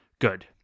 good